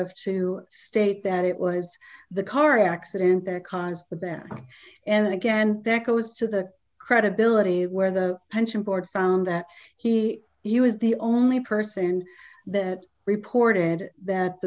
ff to state that it was the car accident that caused the ban and again that goes to the credibility where the pension board found that he he was the only person that reported that the